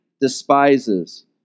despises